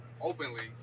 openly